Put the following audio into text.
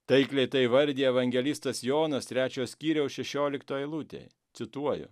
taikliai įvardija evangelistas jonas trečio skyriaus šešiolikto eilutė cituoja